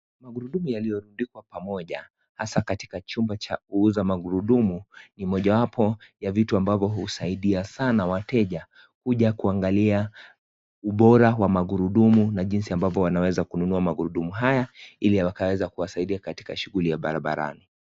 Magurudumu yaliyorudikwa pamoja haswa katika chumba cha kuuza magurudumu ni mojawapo ya vitu ambavyo husaidia sana wateja kuja kuangalia ubora wa magurudumu na jinsi ambavyo wanaweza kununua magurudumu haya ili yakaweza kuwasaidia katika shughuli ya barabara.